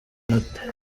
manota